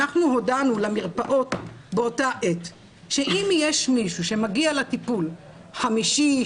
אנחנו הודענו למרפאות באותה עת שאם יש מישהו שמגיע לטיפול חמישי,